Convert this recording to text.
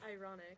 ironic